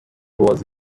was